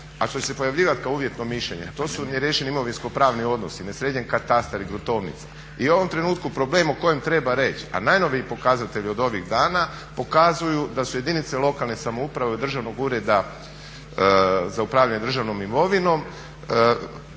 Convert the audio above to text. što će se pojavljivati kao uvjetno mišljenje to su neriješeni imovinsko pravni odnosi, nesređen katastar i gruntovnica. I u ovom trenutku problem o kojem treba reći a najnoviji pokazatelji od ovih dana pokazuju da su jedinice lokalne samouprave od Državnog ureda za upravljanje državnom imovinom